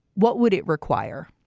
what would it require?